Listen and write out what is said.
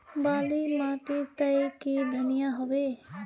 बाली माटी तई की धनिया होबे?